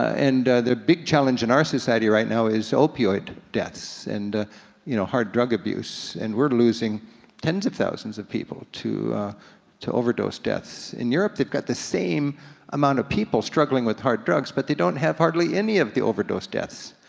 and the big challenge in our society right now is opioid deaths, and ah you know hard drug abuse, and we're losing ten s of thousands of people to to overdose deaths. in europe they've got the same amount of people struggling with hard drugs, but they don't have hardly any of the overdose deaths,